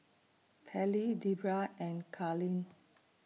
Pairlee Debera and Carlene